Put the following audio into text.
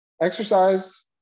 Exercise